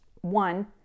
One